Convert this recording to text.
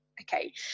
Okay